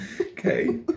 Okay